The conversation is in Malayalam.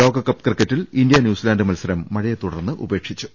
ലോകകപ്പ് ക്രിക്കറ്റിൽ ഇന്ത്യ ന്യൂസിലന്റ് മത്സരം മഴയെ തുടർന്ന് ഉപേക്ഷിച്ചു